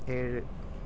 ഏഴ്